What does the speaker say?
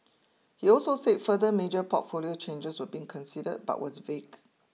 he also said further major portfolio changes were being considered but was vague